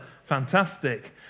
fantastic